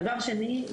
דבר שני,